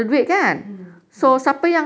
mm mm